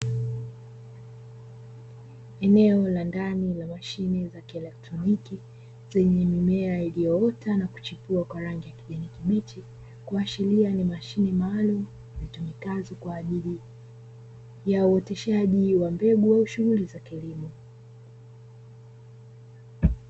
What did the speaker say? Eneo la ndani la mashine la kieletroniki, yenye mimea iliyoota na kuchipua kwa rangi ya kijani kibichi, kuashiria kuwa ni mashine maalum zitumikazo kwa ajili ya uoteshaji wa mbegu au shughuli za kilimo.